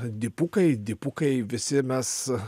dipukai dipukai visi mes